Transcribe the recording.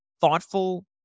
thoughtful